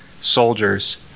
soldiers